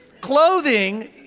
Clothing